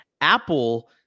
Apple